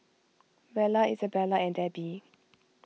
Vella Isabella and Debbi